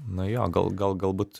nu jo gal gal galbūt